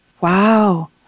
Wow